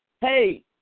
hey